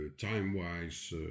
time-wise